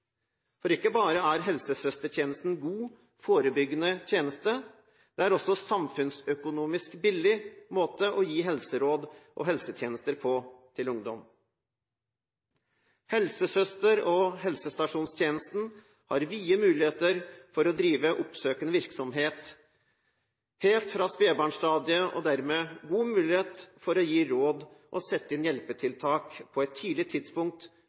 For ikke bare er helsesøstertjenesten en god, forebyggende tjeneste, det er også en samfunnsøkonomisk billig måte å gi helseråd og helsetjenester til ungdom. Helsesøster og helsestasjonstjenesten har vide muligheter for å drive oppsøkende virksomhet helt fra spedbarnsstadiet og dermed god mulighet for å gi råd og sette inn hjelpetiltak på et tidlig tidspunkt